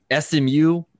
smu